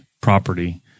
property